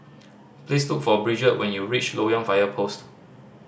please look for Bridget when you reach Loyang Fire Post